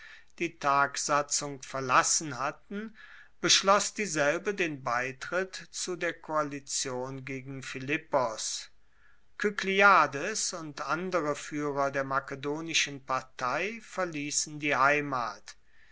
die tagsatzung verlassen hatten beschloss dieselbe den beitritt zu der koalition gegen philippos kykliades und andere fuehrer der makedonischen partei verliessen die heimat